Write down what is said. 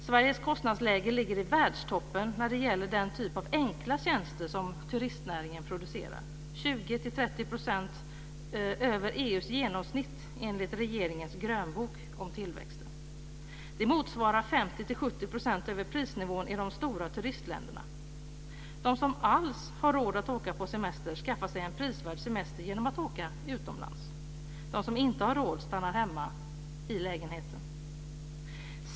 Sveriges kostnadsläge ligger i världstoppen när det gäller den typ av enkla tjänster som turistnäringen producerar - 20-30 % över EU:s genomsnitt, enligt regeringens grönbok om tillväxten. Det motsvarar 50-70 % över prisnivån i de stora turistländerna. De som över huvud taget har råd att åka på semester skaffar sig en prisvärd semester genom att åka utomlands. De som inte har råd stannar hemma i lägenheten.